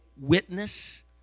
witness